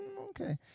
Okay